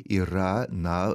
yra na